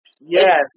Yes